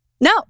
No